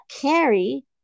carry